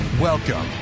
Welcome